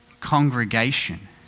Congregation